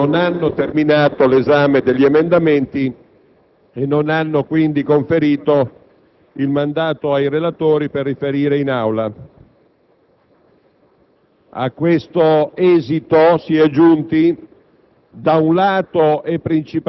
Signor Presidente, colleghi, le Commissioni bilancio e sanità non hanno terminato l'esame degli emendamenti e non hanno quindi conferito il mandato ai relatori per riferire in Aula.